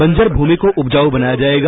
बंजर भूमि को उपजाऊ बनाया जाएगा